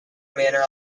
manner